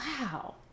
wow